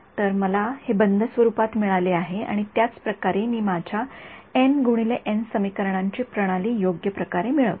तर मला हे बंद स्वरूपात मिळाले आहे आणि त्याच प्रकारे मी माझ्या एन x एन समीकरणांची प्रणाली योग्य प्रकारे मिळवितो